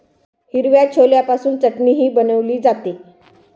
हिरव्या छोल्यापासून चटणीही बनवली जाते